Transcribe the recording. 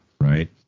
right